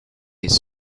his